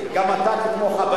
אתה תתמוך.